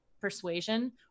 persuasion